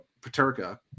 Paterka